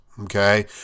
okay